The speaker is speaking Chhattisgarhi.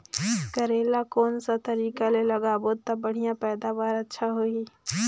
करेला ला कोन सा तरीका ले लगाबो ता बढ़िया पैदावार अच्छा होही?